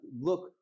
look